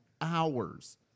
hours